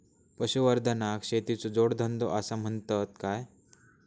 पशुसंवर्धनाक शेतीचो जोडधंदो आसा म्हणतत काय?